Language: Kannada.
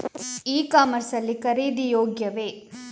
ಇ ಕಾಮರ್ಸ್ ಲ್ಲಿ ಖರೀದಿ ಯೋಗ್ಯವೇ?